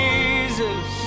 Jesus